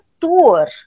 tour